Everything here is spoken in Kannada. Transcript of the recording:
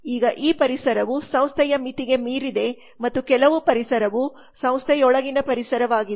ಈಗ ಈ ಪರಿಸರವು ಸಂಸ್ಥೆಯಾ ಮಿತಿಗೆ ಮೀರಿದೆ ಮತ್ತು ಕೆಲವು ಪರಿಸರವು ಸಂಸ್ಥೆಯೊಳಗಿನ ಪರಿಸರವಾಗಿದೆ